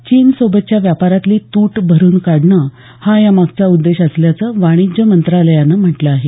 चीनसोबतच्या व्यापारातली तूट भरून काढणं हा या मागचा उद्देश असल्याचं वाणिज्य मंत्रालयानं म्हटलं आहे